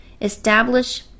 Establish